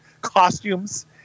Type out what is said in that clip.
costumes